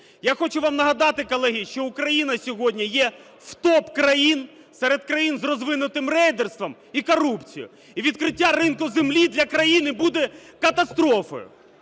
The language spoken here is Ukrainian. Я хочу вам нагадати, колеги, що Україна сьогодні є в топ-країн серед країн з розвинутим рейдерством і корупцією. І відкриття ринку землі для країни буде катастрофою.